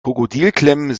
krokodilklemmen